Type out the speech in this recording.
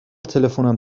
تلفنم